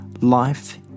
life